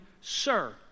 Sir